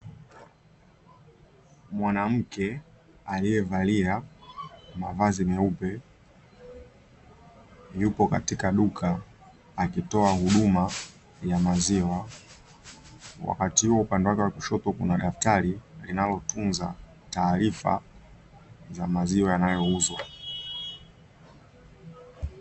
Mwanamke aliyevalia mavazi meupe, yuko katika duka akitoa huduma za maziwa, wakati huo upande wake wa kushoto kuna daftari linalotunza tarifa ya maziwa yanayouzwa.